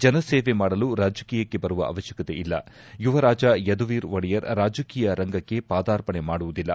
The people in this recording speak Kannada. ಜನ ಸೇವೆ ಮಾಡಲು ರಾಜಕೀಯಕ್ಕೆ ಬರುವ ಅವಶ್ಯಕತೆ ಇಲ್ಲ ಯುವ ರಾಜ ಯದುವೀರ್ ಒಡೆಯರ್ ರಾಜಕೀಯ ರಂಗಕ್ಕೆ ಪಾದಾರ್ಪಣೆ ಮಾಡುವುದಿಲ್ಲ